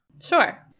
Sure